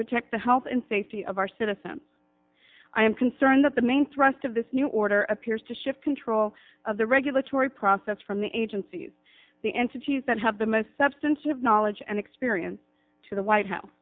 protect the health and safety of our citizens i am concerned that the main thrust of this new order appears to shift control of the regulatory process from the agencies the entities that have the most substantive knowledge and experience to the white house